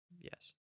Yes